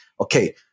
okay